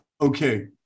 okay